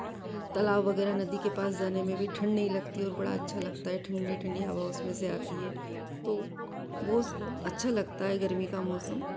तालाब वगैरह नदी के पास जाने में भी ठण्ड नहीं लगती है और बड़ा अच्छा लगता है ठण्डी ठण्डी हवा उसमें से आती है तो वह अच्छा लगता है गर्मी का मौसम